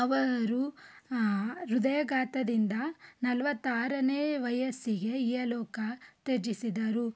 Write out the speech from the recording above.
ಅವರು ಹೃದಯಾಘಾತದಿಂದ ನಲ್ವತ್ತಾರನೇ ವಯಸ್ಸಿಗೆ ಇಹಲೋಕ ತ್ಯಜಿಸಿದರು